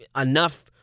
enough